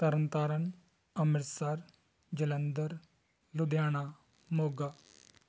Tarn Taran Amritsar Jalandhar Ludhiana Moga